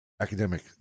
academic